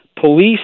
police